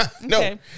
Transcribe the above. no